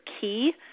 key